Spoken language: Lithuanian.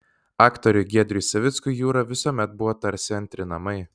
aktoriui giedriui savickui jūra visuomet buvo tarsi antri namai